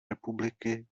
republiky